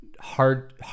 hard